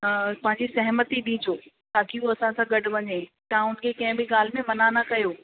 पंहिंजी सहमती ॾिजो ताकी हू असां सां गॾु वञे तव्हां उनखे कंहिं बि ॻाल्हि में मना न कयो